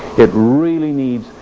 it really needs.